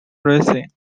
racing